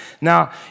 Now